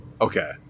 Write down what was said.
Okay